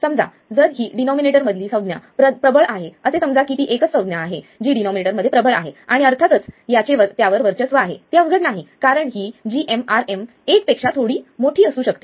समजा जर ही डिनॉमिनेटर मधील संज्ञा प्रबळ आहे असे समजा की ती एकच संज्ञा आहे जी डिनॉमिनेटर मध्ये प्रबळ आहे आणि अर्थातच याचे त्यावर वर्चस्व आहे ते अवघड नाही कारण ही gmRm एक पेक्षा थोडी मोठी असू शकते